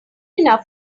enough